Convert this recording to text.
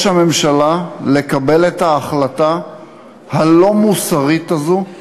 הממשלה לקבל את ההחלטה הלא-מוסרית הזאת,